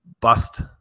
bust